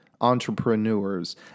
entrepreneurs